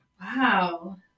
Wow